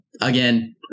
again